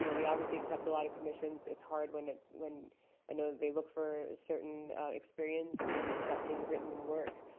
yeah we obviously accept a lot of commissions. it's hard when when i know they look for certain experience in accepting written work.